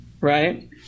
Right